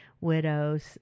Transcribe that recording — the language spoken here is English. widows